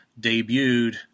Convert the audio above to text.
debuted